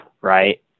right